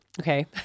Okay